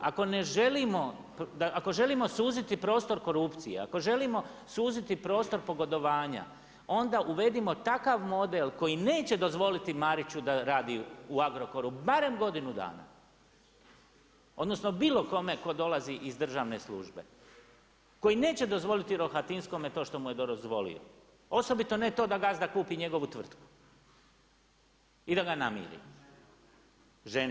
Ako želimo suziti prostor korupcije, ako želimo suziti prostor pogodovanja, onda uvedimo takav model koji neće dozvoliti Mariću da radi u Agrokoru barem godinu dana, odnosno bilo kome tko dolazi iz državne službe, koji neće dozvoliti Rohatinskome to što mu je dozvolio, osobito ne to da gazda kupi njegovu tvrtku i da ga namiri.